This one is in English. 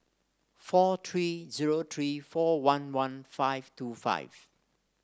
four three zero three four one one five two five